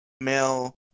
male